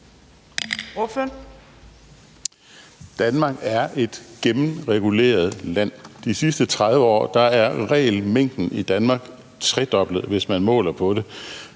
Danmark er et gennemreguleret land. I de sidste 30 år er regelmængden i Danmark tredoblet, hvis man måler på det.